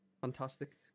Fantastic